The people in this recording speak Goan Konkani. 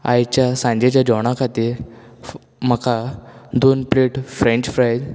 आयच्या सांजेच्या जेवणा खातीर फू म्हाका दोन प्लेट फ्रॅन्च फ्रायज